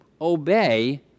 obey